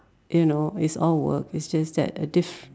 you know it's all work it's just that a diff